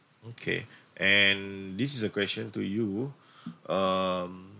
okay and this is a question to you um